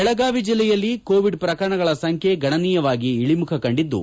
ಬೆಳಗಾವಿ ಜಿಲ್ಲೆಯಲ್ಲಿ ಕೋವಿಡ್ ಪ್ರಕರಣಗಳ ಸಂಖ್ಯೆ ಗಣನೀಯವಾಗಿ ಇಳಿಮುಖ ಕಂಡಿದ್ದು